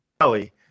Kelly